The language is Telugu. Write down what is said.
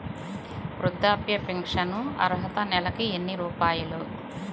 వృద్ధాప్య ఫింఛను అర్హత నెలకి ఎన్ని రూపాయలు?